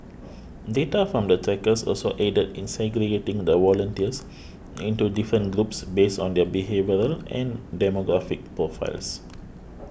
data from the trackers also aided in segregating the volunteers into different groups based on their behavioural and demographic profiles